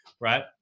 Right